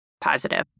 positive